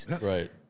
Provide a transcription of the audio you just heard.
Right